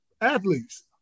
athletes